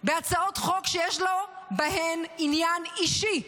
בהצעות חוק שיש לו בהן עניין אישי.